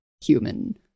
human